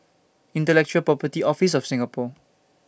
Intellectual Property Office of Singapore